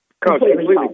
Completely